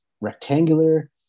rectangular